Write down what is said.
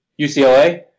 UCLA